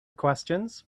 questions